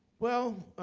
well,